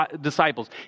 disciples